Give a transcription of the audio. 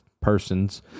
persons